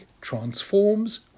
transforms